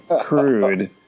crude